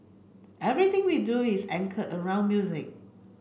everything we do is anchored around music